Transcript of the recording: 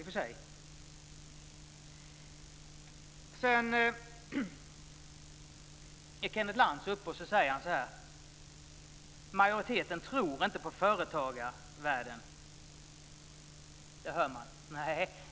Sedan säger Kenneth Lantz att majoriteten inte tror på företagarvärlden.